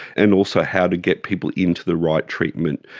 and also how to get people into the right treatment,